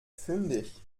fündig